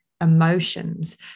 emotions